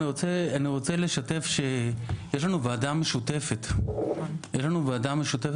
אני רוצה לשתף שיש לנו ועדה משותפת שנקראת